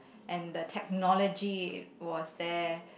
and the technology was there